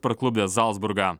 parklupdė zalcburgą